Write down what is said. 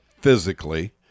physically